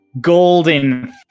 Golden